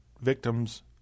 victims